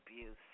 abuse